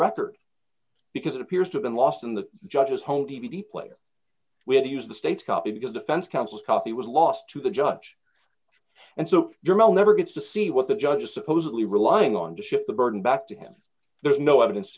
record because it appears to been lost in the judge's home d v d player we had to use the state's copy because defense counsel's copy was lost to the judge and so your mil never gets to see what the judge is supposedly relying on to shift the burden back to him there's no evidence